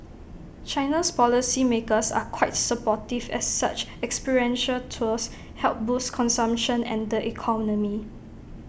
China's policy makers are quite supportive as such experiential tours help boost consumption and the economy